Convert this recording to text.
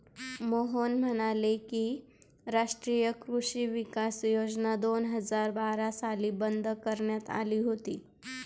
मोहन म्हणाले की, राष्ट्रीय कृषी विकास योजना दोन हजार बारा साली बंद करण्यात आली होती